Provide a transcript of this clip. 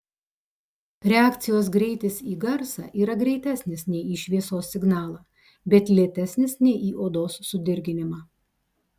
reakcijos greitis į garsą yra greitesnis nei į šviesos signalą bet lėtesnis nei į odos sudirginimą